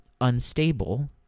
unstable